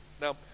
now